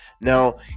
Now